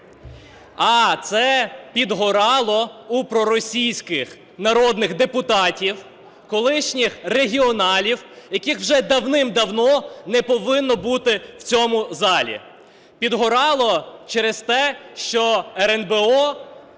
А це "підгорало" у проросійських народних депутатів, колишніх регіоналів, яких вже давним-давно не повинно бути в цьому залі. "Підгорало" через те, що РНБО